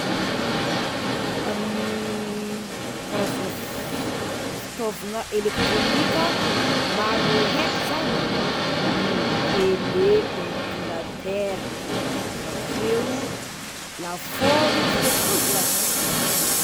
Amin'ny karazagna fitaovagna elektrônika maro heky zany: i tele, ordinatera, avakeo, lafaoro, avakeo konzelatera.